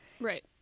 Right